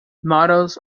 models